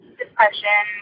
depression